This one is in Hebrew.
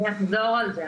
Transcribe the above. אני אחזור על זה.